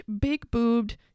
big-boobed